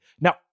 Now